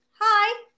Hi